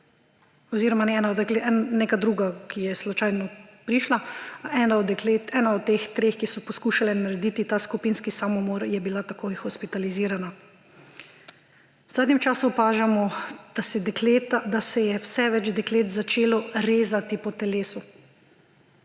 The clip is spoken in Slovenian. oziroma neka druga, ki je slučajno prišla. Ena od teh treh, ki so poskušale narediti ta skupinski samomor, je bila takoj hospitalizirana. V zadnjem času opažamo, da se je vse več deklet začelo rezati po telesu.